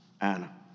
Anna